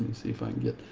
see if i can get,